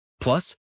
Plus